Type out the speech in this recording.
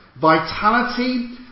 vitality